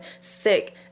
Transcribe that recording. sick